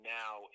now